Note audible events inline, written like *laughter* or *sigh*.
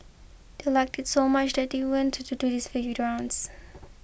they liked it so much that they went to do this *unintelligible* rounds